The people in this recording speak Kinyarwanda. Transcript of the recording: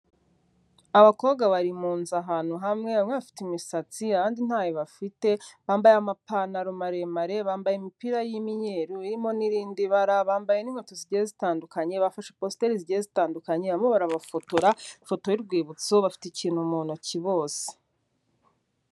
Abakobwa bari mu nzu ahantu hamwe, bamwe bafite imisatsi, abandi ntayo bafite, bambaye amapantaro maremare, bambaye imipira y'imyeru irimo n'irindi bara, bambaye n'inkweto zigiye zitandukanye, bafashe positeri zigiye zitandukanye, barimo barabafotora ifoto y'urwibutso bafite ikintu mu ntoki bose.